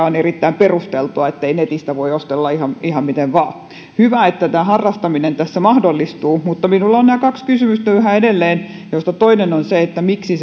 on erittäin perusteltua niin ettei netistä voi ostella ihan ihan miten vain hyvä että tämä harrastaminen tässä mahdollistuu mutta minulla on nämä kaksi kysymystä yhä edelleen joista toinen on se että miksi